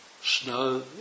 Snow